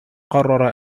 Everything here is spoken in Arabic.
قرر